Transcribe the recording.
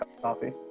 coffee